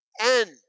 end